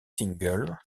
singles